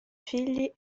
figli